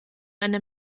eine